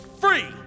free